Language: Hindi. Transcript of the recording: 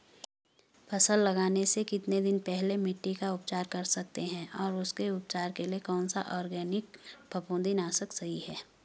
फसल लगाने से कितने दिन पहले मिट्टी का उपचार कर सकते हैं और उसके उपचार के लिए कौन सा ऑर्गैनिक फफूंदी नाशक सही है?